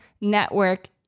network